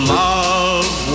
love